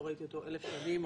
לא ראיתי אותו אלף שנים.